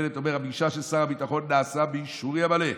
בנט אומר: הפגישה של שר הביטחון נעשתה באישורי המלא.